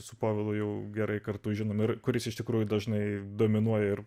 su povilu jau gerai kartu žinome ir kuris iš tikrųjų dažnai dominuoja ir